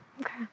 Okay